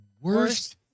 worst